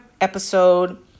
episode